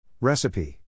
Recipe